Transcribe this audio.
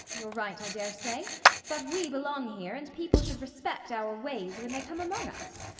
you're right, i daresay but we belong here, and people should respect our ways when they come among us.